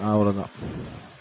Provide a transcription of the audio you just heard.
அவ்வளோதான்